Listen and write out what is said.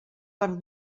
per